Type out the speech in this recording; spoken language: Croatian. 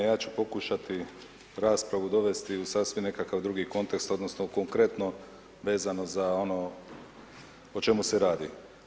Ja ću pokušati raspravu dovesti u sasvim nekakav drugi kontekst odnosno u konkretno vezano za ono o čemu se radi.